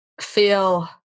feel